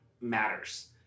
matters